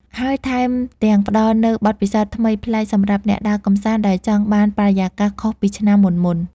ហើយថែមទាំងផ្តល់នូវបទពិសោធន៍ថ្មីប្លែកសម្រាប់អ្នកដើរកម្សាន្តដែលចង់បានបរិយាកាសខុសពីឆ្នាំមុនៗ។